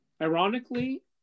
ironically